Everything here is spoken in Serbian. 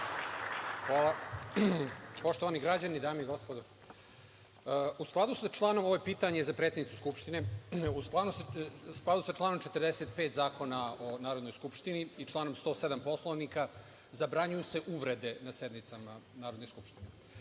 Poštovani građani, dame i gospodo, ovo je pitanje za predsednicu Skupštine. U skladu sa članom 45. Zakona o Narodnoj skupštini i članom 107. Poslovnika, zabranjuju se uvrede na sednicama Narodne skupštine. Poslanik